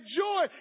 joy